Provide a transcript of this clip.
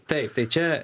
taip tai čia